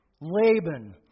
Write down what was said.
Laban